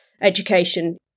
education